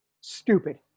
Stupid